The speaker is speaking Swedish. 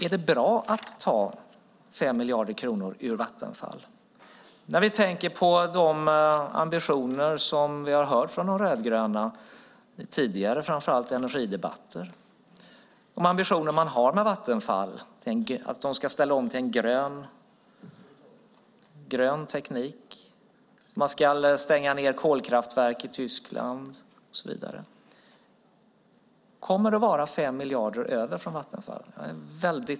Är det bra att ta 5 miljarder kronor ur Vattenfall? Vi har tidigare, framför allt i energidebatter, hört de ambitioner som De rödgröna har med Vattenfall - det ska ställa om till grön teknik, stänga ned kolkraftverk i Tyskland och så vidare - och därför undrar jag: Kommer det att finnas 5 miljarder över i Vattenfall?